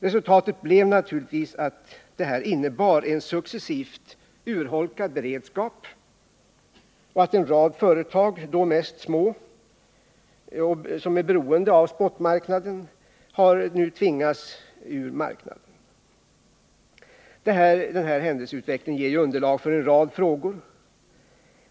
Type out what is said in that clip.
Resultatet blev naturligtvis en successivt urholkad beredskap och att en rad företag — då mest små, som är beroende av spotmarknaden — har tvingats ur marknaden. Den här händelseutvecklingen ger underlag för en rad frågor.